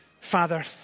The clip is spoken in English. Father